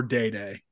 Day-Day